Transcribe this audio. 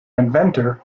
inventor